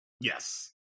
Yes